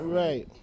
right